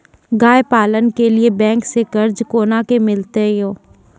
गाय पालन के लिए बैंक से कर्ज कोना के मिलते यो?